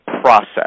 process